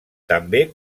també